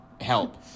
help